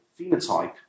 phenotype